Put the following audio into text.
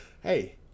Hey